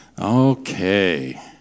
okay